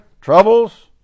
Troubles